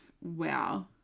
wow